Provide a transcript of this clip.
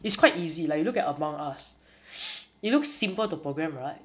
it's quite easy like you look at among us it looks simple to program right